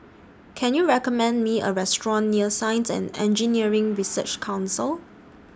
Can YOU recommend Me A Restaurant near Science and Engineering Research Council